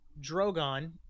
Drogon